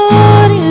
Lord